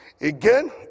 Again